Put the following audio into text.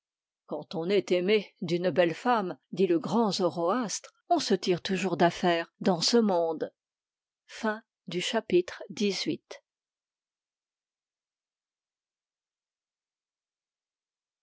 quand on est aimé d'une belle femme dit le grand zoroastre on se tire toujours d'affaire dans ce monde chapitre